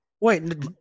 Wait